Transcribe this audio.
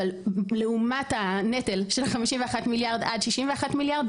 אבל זה באמת כלום לעומת הנטל של 51 עד 61 מיליארד.